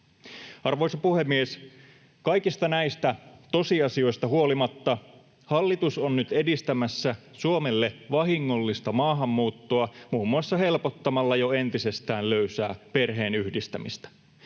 Arvoisa puhemies! Kaikista näistä tosiasioista huolimatta hallitus on nyt edistämässä Suomelle vahingollista maahanmuuttoa muun muassa helpottamalla jo entisestään löysää perheenyhdistämistä.